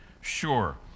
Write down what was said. sure